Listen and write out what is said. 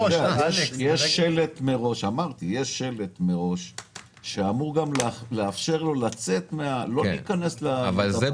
יהיה שלט מראש, שאמור לאפשר לו לא להיכנס לשם.